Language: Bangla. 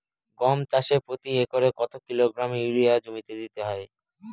গম চাষে প্রতি একরে কত কিলোগ্রাম ইউরিয়া জমিতে দিতে হয়?